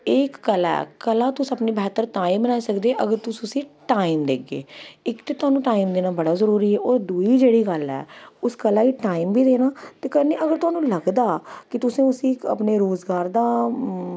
एह् इक कला ऐ कला गी तुस बेहतर तां गै बनाई सकदे जे अगर तुस उसी टाईम देगे इक ते तोआनू टाईम देना बड़ा जरूरी ऐ होर दूई जेह्ड़ी गल्ल ऐ उस कला गी टाईम बी देना ते अगर कन्नै तोआनू लगदा ऐ कि तुसें उसी इक अपने रोजगार दा